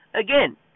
Again